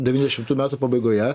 devyniasdešimtų metų pabaigoje